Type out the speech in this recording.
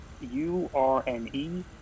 U-R-N-E